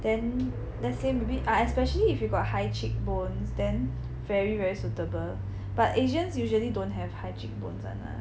then the same bit~ ah especially if you got high cheek bones then very very suitable but asians usually don't have high cheekbones [one] ah